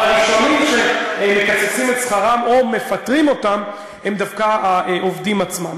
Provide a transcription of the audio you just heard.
אבל הראשונים שמקצצים את שכרם או מפטרים אותם הם דווקא העובדים עצמם.